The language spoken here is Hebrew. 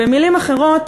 במילים אחרות,